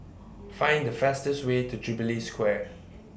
Find The fastest Way to Jubilee Square